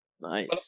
Nice